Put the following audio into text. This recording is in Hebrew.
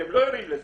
אתם לא ערים לזה.